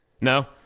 No